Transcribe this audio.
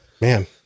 man